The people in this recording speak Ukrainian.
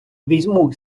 візьму